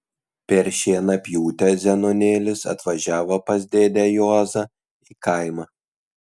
per šienapjūtę zenonėlis atvažiavo pas dėdę juozą į kaimą